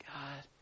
God